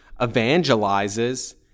evangelizes